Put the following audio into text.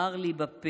מר לי בפה.